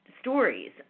stories